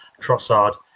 Trossard